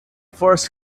first